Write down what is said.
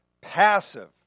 passive